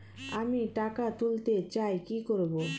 আমি টাকা তুলতে চাই কি করব?